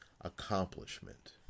accomplishment